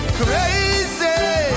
crazy